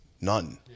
none